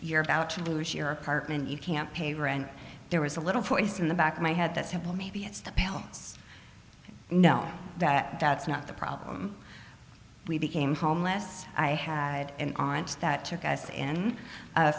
you're about to lose your apartment you can't pay rent there was a little voice in the back of my head that simple maybe it's the balance i know that that's not the problem we became homeless i had an aunt that took us in